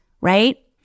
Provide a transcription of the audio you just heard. right